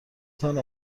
تان